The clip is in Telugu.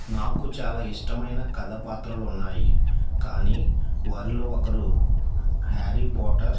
నాకు చాలా ఇష్టమైన కథ పాత్రలు ఉన్నాయి కానీ వారిలో ఒకరు హ్యారీ పోటర్